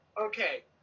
Okay